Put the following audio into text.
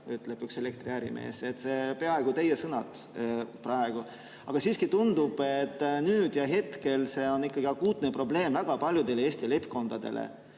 ütleb üks elektriärimees. Peaaegu teie sõnad. Aga siiski tundub, et nüüd ja hetkel on see ikkagi akuutne probleem väga paljudele Eesti leibkondadele.